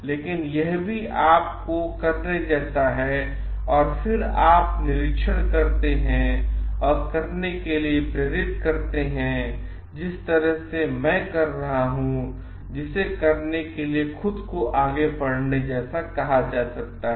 लेकिन यह भी अपने आप को करने जैसा है और फिर आप निरीक्षण करते हैं और करने के लिए प्रेरित करते हैं जिस तरह से मैं कर रहा हूं जिसे करने से खुद को आगे बढ़ने जैसा कहा जाता है